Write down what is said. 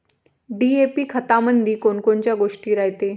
DAP खतामंदी कोनकोनच्या गोष्टी रायते?